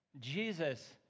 Jesus